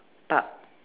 park